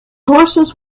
horses